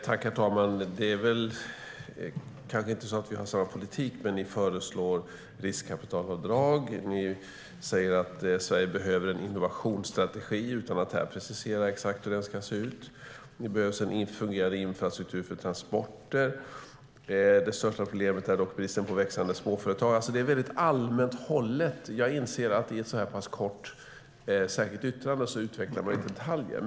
Herr talman! Det är kanske inte så att vi har samma politik, men ni föreslår riskkapitalavdrag och säger att Sverige behöver en innovationsstrategi, utan att precisera exakt hur den ska se ut, att det behövs en fungerande infrastruktur för transporter och att det största problemet är bristen på växande småföretag. Det är väldigt allmänt hållet. Jag inser att man i ett så här kort särskilt yttrande inte utvecklar detaljer.